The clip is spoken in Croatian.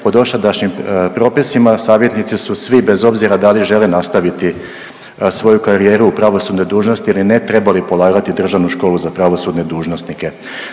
po dosadašnjim propisima savjetnici su svi, bez obzira da li žele nastaviti svoju karijeru u pravosudne dužnosti ili ne, trebali polagati Državnu školu za pravosudne dužnosnike.